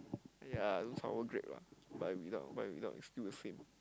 !aiya! don't sour grape lah by without by without it's still the same